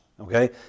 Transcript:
okay